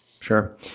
Sure